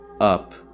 up